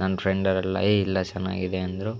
ನನ್ನ ಫ್ರೆಂಡ್ ಅವರೆಲ್ಲ ಏಯ್ ಇಲ್ಲ ಚೆನ್ನಾಗಿದೆ ಅಂದರು